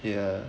ya